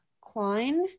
Klein